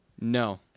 No